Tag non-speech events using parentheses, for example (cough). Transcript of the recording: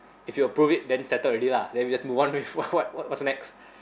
if you approve it then settled already lah then we just move on with (laughs) what what what's next